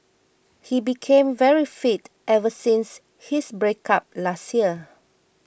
he became very fit ever since his breakup last year